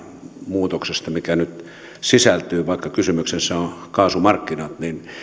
muutoksesta mikä tähän nyt sisältyy vaikka kysymyksessä ovat kaasumarkkinat